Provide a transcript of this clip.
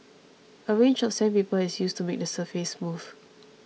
a range of sandpaper is used to make the surface smooth